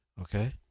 okay